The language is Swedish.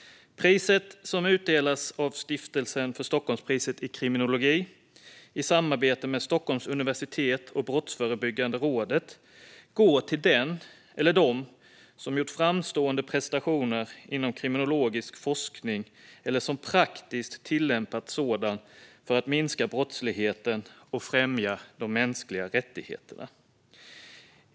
Priset, som utdelas av Stiftelsen för Stockholmspriset i kriminologi i samarbete med Stockholms universitet och Brottsförebyggande rådet, går till den eller dem som gjort framstående prestationer inom kriminologisk forskning eller som praktiskt tillämpat sådan för att minska brottsligheten och främja de mänskliga rättigheterna.